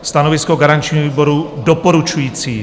Stanovisko garančního výboru: doporučující.